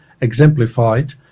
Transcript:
exemplified